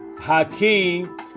Hakeem